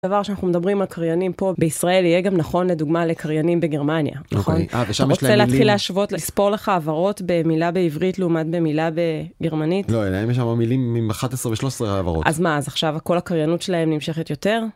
דבר שאנחנו מדברים על קריינים פה בישראל יהיה גם נכון לדוגמא לקריינים בגרמניה, נכון? אתה רוצה להתחיל להשוות לספור לך העברות במילה בעברית לעומת במילה בגרמנית? לא, אלא אם יש שם מילים מ-11 ו-13 העברות. אז מה, אז עכשיו כל הקריינות שלהם נמשכת יותר?